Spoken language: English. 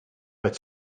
but